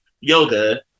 Yoga